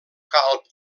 calb